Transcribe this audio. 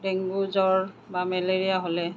dengue জ্বৰ বা malaria হ'লে